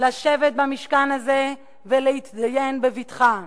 לשבת במשכן הזה ולהתדיין בבטחה?